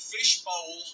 Fishbowl